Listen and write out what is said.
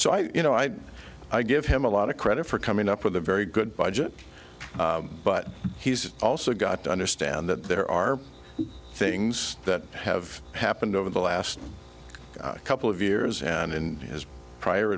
so i you know i i give him a lot of credit for coming up with a very good budget but he's also got to understand that there are things that have happened over the last couple of years and in his prior